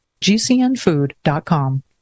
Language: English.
GCNfood.com